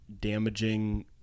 damaging